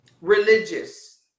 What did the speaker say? religious